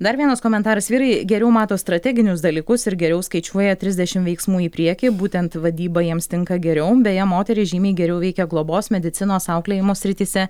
dar vienas komentaras vyrai geriau mato strateginius dalykus ir geriau skaičiuoja trisdešim veiksmų į priekį būtent vadyba jiems tinka geriau beje moterys žymiai geriau veikia globos medicinos auklėjimo srityse